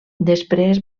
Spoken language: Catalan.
després